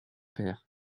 père